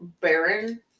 Baron